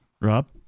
Rob